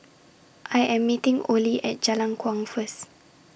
I Am meeting Olie At Jalan Kuang First